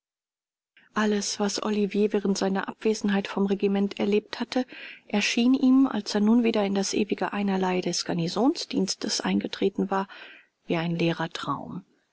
alles was olivier während seiner abwesenheit vom regiment erlebt hatte erschien ihm als er nun wieder in das ewige einerlei des garnisondienstes eingetreten war wie ein leerer traum